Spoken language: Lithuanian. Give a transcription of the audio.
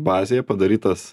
bazėje padarytas